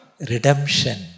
redemption